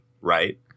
right